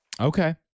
Okay